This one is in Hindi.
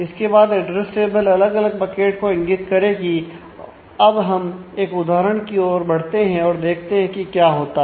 इसके बाद एड्रेस टेबल अलग अलग बकेट को इंगित करेगी अब हम एक उदाहरण की ओर आगे बढ़ते हैं और देखते हैं कि क्या होता है